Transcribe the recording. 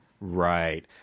Right